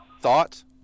Thoughts